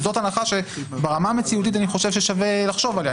זאת הנחה שברמה המציאותית אני חושב ששווה לחשוב עליה,